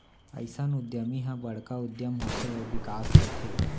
अइसन उद्यमी ह बड़का उद्यम होथे अउ बिकास करथे